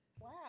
Wow